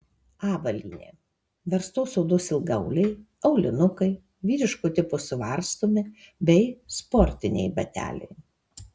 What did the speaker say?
avalynė verstos odos ilgaauliai aulinukai vyriško tipo suvarstomi bei sportiniai bateliai